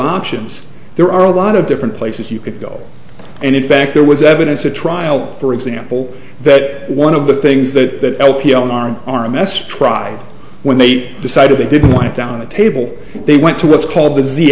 options there are a lot of different places you could go and in fact there was evidence at trial for example that one of the things that lp on r r m s try when they decided they didn't want it down the table they went to what's called the